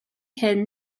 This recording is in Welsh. hyn